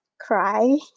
cry